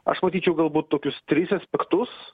aš matyčiau galbūt tokius tris aspektus